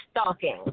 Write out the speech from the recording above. Stalking